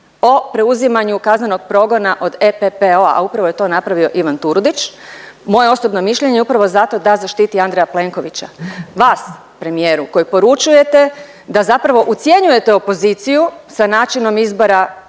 o preuzimanju kaznenog progona od EPPO-a, a upravo je to napravio Ivan Turudić, moje je osobno mišljenje upravo zato da zaštiti Andreja Plenkovića, vas premijeru koji poručujete da zapravo ucjenjujete opoziciju sa načinom izbora